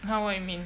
!huh! what you mean